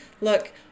Look